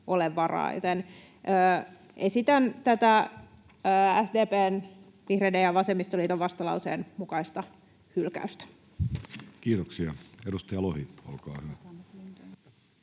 ole varaa, joten esitän SDP:n, vihreiden ja vasemmistoliiton vastalauseen mukaista hylkäystä. Kiitoksia. — Edustaja Lohi, olkaa hyvä.